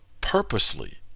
purposely